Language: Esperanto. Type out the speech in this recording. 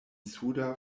suda